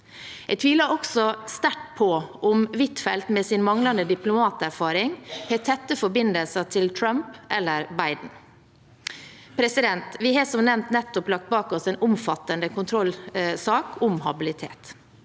Jeg tviler også sterkt på om Huitfeldt med sin manglende diplomaterfaring har tette forbindelser til Trump eller Biden. Vi har som nevnt nettopp lagt bak oss en omfattende kontrollsak om habilitet.